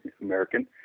American